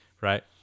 right